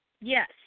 Yes